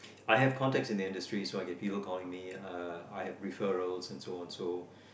I have contacts in industry so if people calling me uh I have referral and so on so